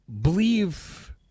believe